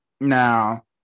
Now